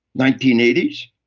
nineteen eighty